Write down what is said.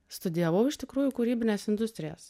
studijavau iš tikrųjų kūrybines industrijas